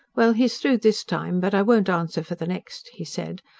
well, he's through this time, but i won't answer for the next, he said,